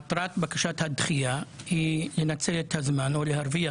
מטרת בקשת הדחייה היא לנצל את הזמן או להרוויח